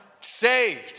saved